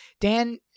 Dan